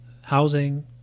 housing